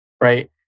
right